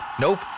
Nope